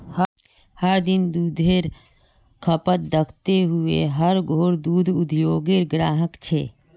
हर दिन दुधेर खपत दखते हुए हर घोर दूध उद्द्योगेर ग्राहक छे